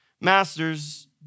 masters